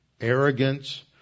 arrogance